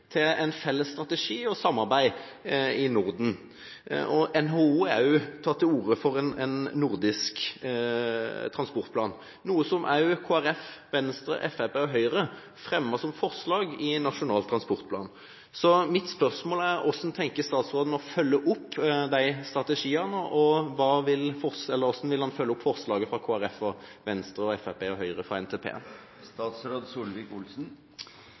til en felles strategi og samarbeid i Norden. NHO har også tatt til orde for en nordisk transportplan, noe som også Kristelig Folkeparti, Fremskrittspartiet og Høyre fremmet som forslag i forbindelse med Nasjonal transportplan. Så mitt spørsmål er: Hvordan vil statsråden følge opp disse strategiene, og hvordan vil han følge opp forslaget fra Kristelig Folkeparti, Fremskrittspartiet og Høyre fra